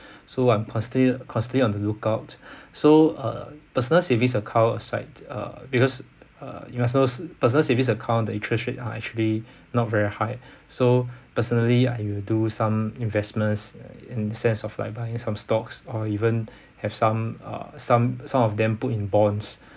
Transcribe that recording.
so I'm still constantly constantly on the lookout so uh personal savings account aside uh because uh you must know personal savings account the interest rate are actually not very high so personally I will do some investments in the sense of like buying some stocks or even have some uh some some of them put in bonds